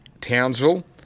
Townsville